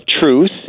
truth